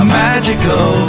magical